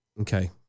Okay